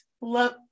love